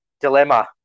dilemma